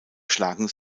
schlagen